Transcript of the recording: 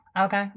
Okay